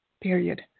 period